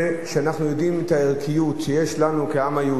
שאנחנו יודעים את הערכיות שיש לנו כעם היהודי,